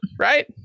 right